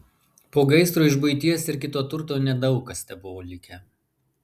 po gaisro iš buities ir kito turto nedaug kas tebuvo likę